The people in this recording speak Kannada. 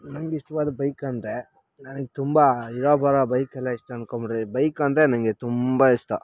ನಂಗೆ ಇಷ್ಟವಾದ ಬೈಕಂದರೆ ನನಗೆ ತುಂಬ ಇರೋ ಬರೋ ಬೈಕೆಲ್ಲ ಇಷ್ಟ ಅನ್ಕೊಂಡ್ಬಿಡ್ರಿ ಬೈಕ್ ಅಂದರೆ ನನಗೆ ತುಂಬ ಇಷ್ಟ